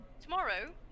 tomorrow